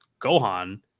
Gohan